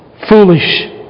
foolish